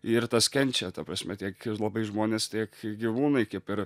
ir tas kenčia ta prasme tiek labai žmonės tiek gyvūnai kaip ir